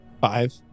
Five